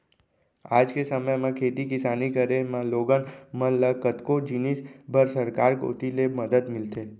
आज के समे म खेती किसानी करे म लोगन मन ल कतको जिनिस बर सरकार कोती ले मदद मिलथे